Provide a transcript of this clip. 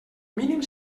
mínim